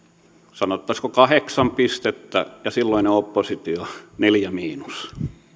sanottaisiinko kahdeksan pistettä ja silloinen oppositio neljä miinus